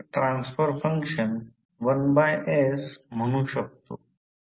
तर B Fm l Weber weber पर metre square किंवा टेस्ला किंवा हे युनिट आहे